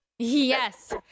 Yes